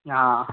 ہاں